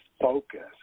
focus